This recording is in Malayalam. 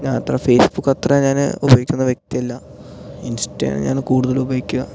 ഞാനത്ര ഫേസ്ബുക്ക് അത്ര ഞാന് ഉപയോഗിക്കുന്ന വ്യക്തിയല്ല ഇൻസ്റ്റയാണ് ഞാന് കൂടുതൽ ഉപയോഗിക്കുക